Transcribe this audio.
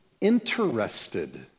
interested